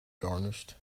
garnished